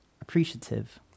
appreciative